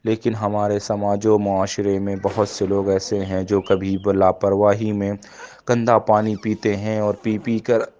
لیکن ہمارے سماج و معاشرے میں بہت سے لوگ ایسے ہیں جو کبھی لاپرواہی میں گندہ پانی پیتے ہیں اور پی پی کر